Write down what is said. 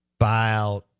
buyout